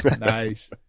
Nice